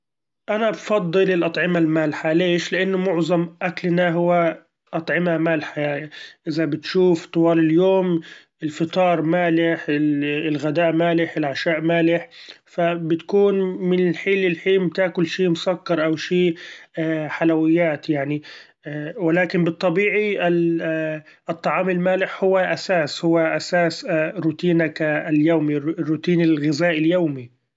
أنا بفضل الاطعمة المالحة ليش؟ لإن معظم أكلنا هو أطعمة مالحة ، يعني إذا بتشوف طوال اليوم الفطار مالح الغداء مالح العشاء مالح ف بتكون من الحين للحين بتاكل شي مسكر أو شي حلويات يعني ، ولكن بالطبيعي الطعام المالح هو اساس- هو اساس روتينك اليومي روتين الغذاء اليومي.